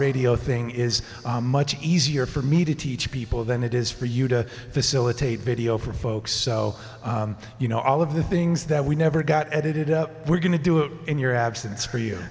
radio thing is much easier for me to teach people than it is for you to facilitate video for folks so you know all of the things that we never got edited up we're going to do it in your absence for